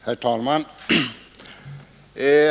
Herr talman!